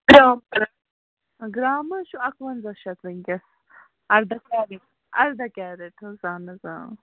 gram حظ چھُ اَکہٕ ونٛزاہ شَتھ وٕنۍکٮ۪س اَرداہ اَرداہ کیرٮ۪ٹ حظ اَہن حظ اۭں